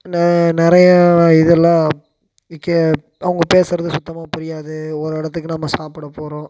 நான் நிறையா இதெல்லாம் க்கே அவங்க பேசுகிறது சுத்தமா புரியாது ஒரு இடத்துக்கு நாம சாப்பிடப் போகிறோம்